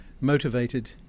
motivated